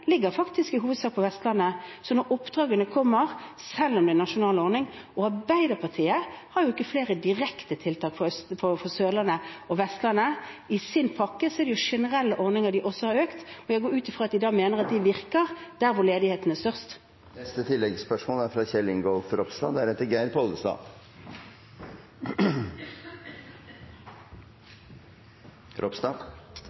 i hovedsak på Vestlandet, så oppdragene kommer, selv om det er en nasjonal ordning. Og Arbeiderpartiet har ikke flere direkte tiltak for Sørlandet og Vestlandet. I sin pakke har de også økt generelle ordninger, men jeg går ut fra at de da mener at de virker der hvor ledigheten er størst. Kjell Ingolf Ropstad – til oppfølgingsspørsmål. Statsministeren er